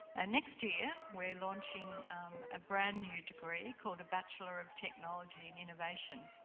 and next year we're launching a brand new degree called a bachelor of technology and innovation.